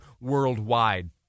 worldwide